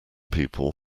people